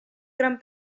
gran